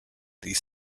these